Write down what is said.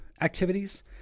activities